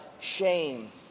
shame